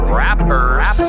rappers